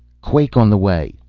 quake on the way!